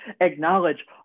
acknowledge